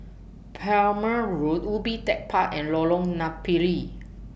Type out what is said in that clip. Palmer Road Ubi Tech Park and Lorong Napiri